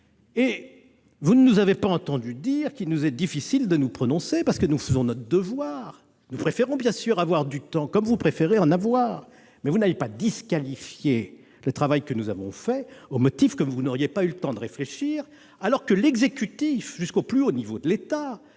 Or vous ne nous avez pas entendus dire qu'il nous était difficile de nous prononcer, parce que nous faisons notre devoir. Nous préférons, bien sûr, avoir du temps, comme vous préférez en avoir. Ne disqualifiez donc pas notre travail au motif que vous n'auriez pas eu le temps de réfléchir, alors que l'exécutif, jusqu'au plus haut niveau de l'État,